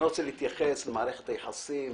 אני לא רוצה להתייחס למערכת היחסים,